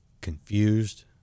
confused